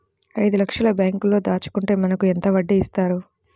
ఐదు లక్షల బ్యాంక్లో దాచుకుంటే మనకు ఎంత వడ్డీ ఇస్తారు?